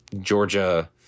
Georgia